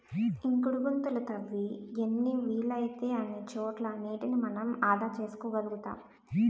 ఇంకుడు గుంతలు తవ్వి ఎన్ని వీలైతే అన్ని చోట్ల నీటిని మనం ఆదా చేసుకోగలుతాం